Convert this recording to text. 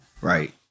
Right